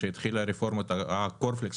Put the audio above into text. כשהתחילה רפורמת הקורנפלקס,